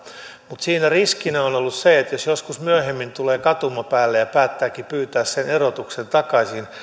mutta siinä riskinä on on ollut se että jos joskus myöhemmin tulee katumapäälle ja päättääkin pyytää sen erotuksen takaisin